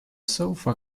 sofa